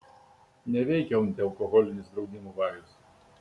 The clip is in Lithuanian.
neveikia antialkoholinis draudimų vajus